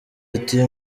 ati